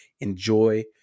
enjoy